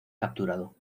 capturado